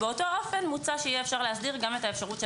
באותו אופן מוצע שיהיה אפשר להסדיר גם את האפשרות של